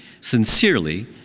Sincerely